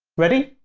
ready?